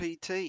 PT